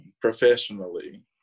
professionally